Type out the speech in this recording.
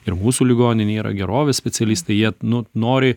ir mūsų ligoninėj yra gerovės specialistai jie nu nori